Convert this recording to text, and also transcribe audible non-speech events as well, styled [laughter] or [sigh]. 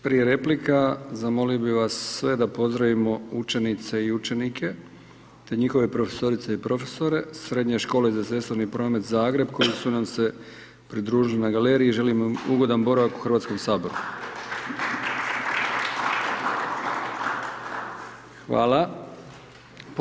Prije replika zamolio bih vas sve da pozdravimo učenice i učenike, te njihove profesorice i profesore Srednje škole za Cestovni promet, Zagreb, koji su nam se pridružili na Galeriji, želimo im ugodan boravak u HS… [applause] Hvala.